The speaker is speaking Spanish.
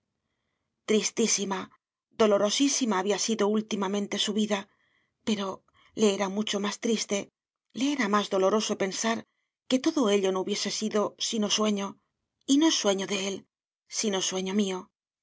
tristísima dolorosísima había sido últimamente su vida pero le era mucho más triste le era más doloroso pensar que todo ello no hubiese sido sino sueño y no sueño de él sino sueño mío